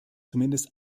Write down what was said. zumindest